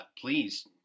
please